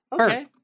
Okay